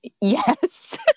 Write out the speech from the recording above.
Yes